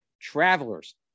Travelers